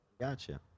Gotcha